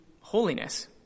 holiness